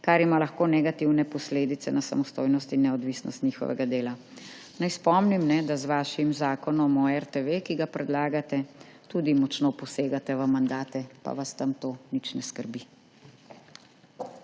kar ima lahko negativne posledice na samostojnost in neodvisnost njihovega dela.« Naj spomnim, da z vašim zakonom o RTV, ki ga predlagate, tudi močno posegate v mandate, pa vas tam to nič ne skrbi.